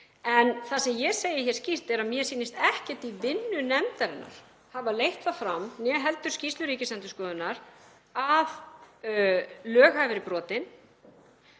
Það sem ég segi hér skýrt er að mér sýnist ekkert í vinnu nefndarinnar hafa leitt það fram, né heldur skýrsla Ríkisendurskoðunar, að lög hafi verið